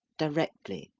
directly,